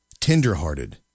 tenderhearted